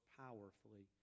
powerfully